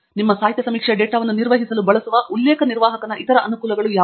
ನಿಮ್ಮ ಸಾಹಿತ್ಯ ಸಮೀಕ್ಷೆಯ ಡೇಟಾವನ್ನು ನಿರ್ವಹಿಸಲು ಬಳಸುವ ಉಲ್ಲೇಖ ನಿರ್ವಾಹಕನ ಇತರ ಅನುಕೂಲಗಳು ಯಾವುವು